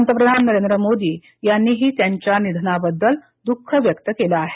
पंतप्रधान नरेंद्र मोदी यांनीही त्यांच्या निधनाबद्दल दुःख व्यक्त केलं आहे